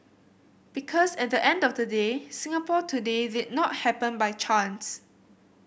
because at the end of the day Singapore today did not happen by chance